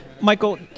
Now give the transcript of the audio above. Michael